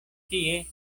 tie